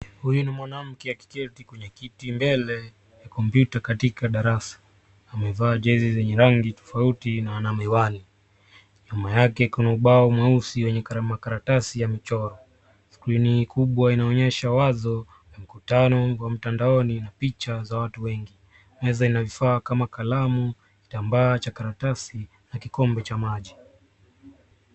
Huyu ni mwanamke akikeki kwenye kiti mbele ya kompyuta katika darasa. Amevaa jezi zenye rangi tofauti na ana miwani. Nyuma yake kuna ubao mweusi yenye karatasi ya michoro. Skrini kubwa inaonyesha wazo, mkutano wa mtandaoni na picha za watu wengi naweza .Ina vifaa kama kalamu, kitambaa cha karatasi